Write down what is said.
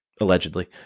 allegedly